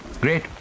Great